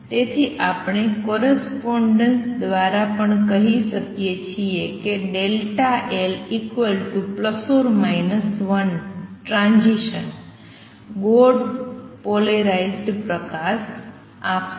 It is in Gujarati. તેથી આપણે કોરસ્પોંડેન્સ દ્વારા પણ કહી શકીએ છીએ કે ટ્રાંઝીસન ગોળ પોલેરાઈઝડ પ્રકાશ આપશે